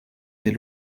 des